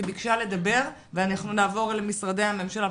שביקשה לדבר ואנחנו נעבור למשרדי הממשלה.